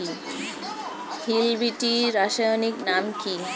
Hill বিটি রাসায়নিক নাম কি?